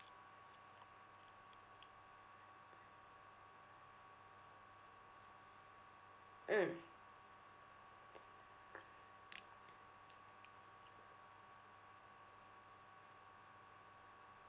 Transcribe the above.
mm